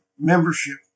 membership